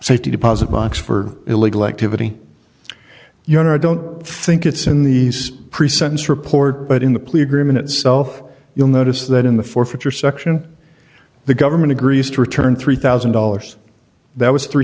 safety deposit box for illegal activity you know i don't think it's in these pre sentence report but in the plea agreement itself you'll notice that in the forfeiture section the government agrees to return three thousand dollars that was three